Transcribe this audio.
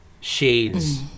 shades